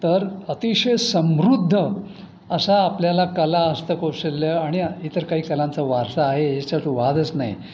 तर अतिशय समृद्ध असा आपल्याला कला हस्तकौशल्य आणि इतर काही कलांचा वारसा आहे याच्यात वादच नाही